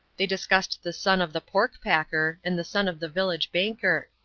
they discussed the son of the pork-packer and the son of the village banker.